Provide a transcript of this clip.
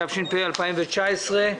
התש"ף-2019.